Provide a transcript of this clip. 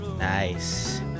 Nice